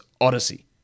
Odyssey